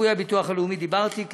שיפוי הביטוח הלאומי, דיברתי.